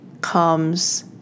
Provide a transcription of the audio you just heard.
comes